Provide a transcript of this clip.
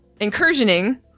incursioning